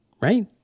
right